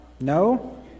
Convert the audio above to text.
No